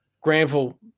Granville